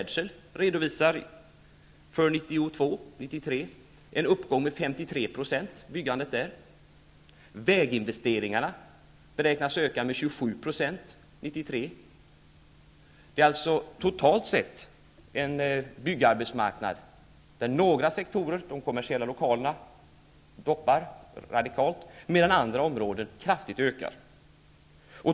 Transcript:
Det är alltså totalt sett en byggarbetsmarknad där några sektorer, bl.a. de kommersiella lokalerna, minskar radikalt, medan andra områden ökar kraftigt.